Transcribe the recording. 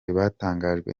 batangajwe